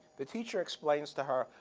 the teacher explains to her,